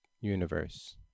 universe